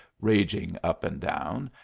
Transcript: raging up and down,